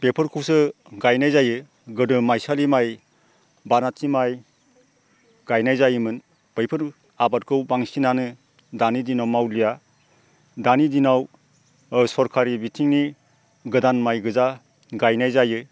बेफोरखौसो गायनाय जायो गोदो माइसालि माइ बानाथि माइ गायनाय जायोमोन बैफोर आबादखौ बांसिनानो दानि दिनाव मावलिया दानि दिनाव सरखारि बिथिंनि गोदान माइगोजा गायनाय जायो